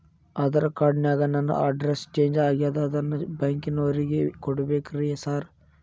Aadhaar card ನ್ಯಾಗ ನನ್ address change ಆಗ್ಯಾದ ಅದನ್ನ ಬ್ಯಾಂಕಿನೊರಿಗೆ ಕೊಡ್ಬೇಕೇನ್ರಿ ಸಾರ್?